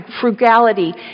frugality